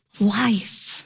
life